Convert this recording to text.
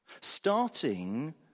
Starting